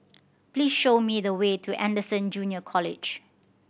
please show me the way to Anderson Junior College